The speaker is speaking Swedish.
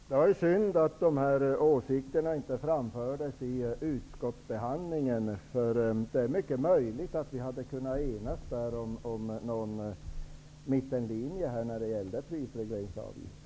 Herr talman! Det var synd att dessa åsikter inte framfördes vid utskottsbehandlingen, för det är mycket möjligt att vi hade kunnat enas om en mittenlinje i fråga om prisregleringsavgiften.